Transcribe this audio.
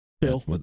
Bill